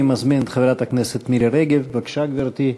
אני מזמין את חברת הכנסת מירי רגב, בבקשה, גברתי.